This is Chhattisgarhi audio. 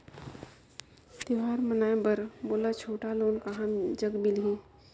त्योहार मनाए बर मोला छोटा लोन कहां जग मिलही?